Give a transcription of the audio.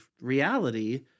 reality